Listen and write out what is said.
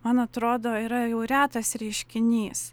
man atrodo yra jau retas reiškinys